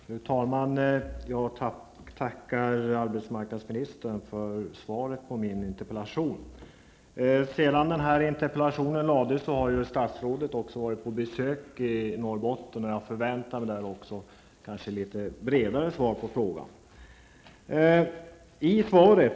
Fru talman! Jag tackar arbetsmarknadsministern för svaret på min interpellation. Sedan interpellationen framställdes har statsrådet varit på besök i Norrbotten, och jag förväntade mig därför kanske också ett litet bredare svar på mina frågor.